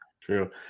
True